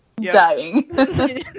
dying